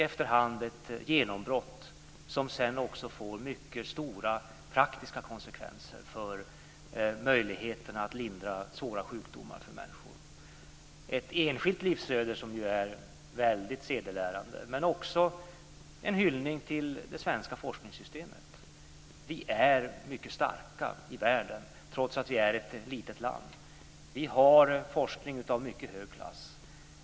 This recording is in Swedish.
Efterhand kom det ett genombrott som fick mycket stora praktiska konsekvenser för möjligheten att lindra svåra sjukdomar. Det är ett enskilt livsöde som är väldigt sedelärande, men det innebär också en hyllning till det svenska forskningssystemet. Vi är mycket starka i världen trots att vi är ett litet land. Vi har forskning av mycket hög klass.